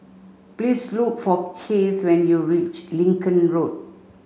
please look for Kieth when you reach Lincoln Road